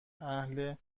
اهل